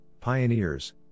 pioneers